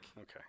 Okay